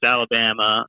Alabama